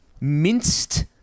minced